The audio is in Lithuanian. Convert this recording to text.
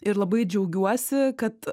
ir labai džiaugiuosi kad